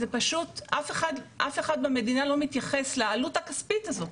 אף אחד במדינה לא מתייחס לעלות הכספית הזאת,